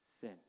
sin